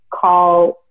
call